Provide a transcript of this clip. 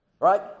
right